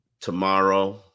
tomorrow